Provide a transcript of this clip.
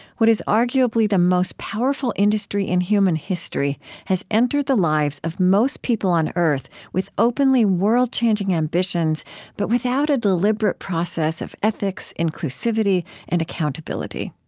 what is arguably the most powerful industry in human history has entered the lives of most people on earth with openly world-changing ambitions but without a deliberate process of ethics, inclusivity, and accountability.